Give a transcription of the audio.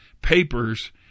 papers